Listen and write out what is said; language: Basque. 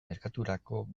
merkaturako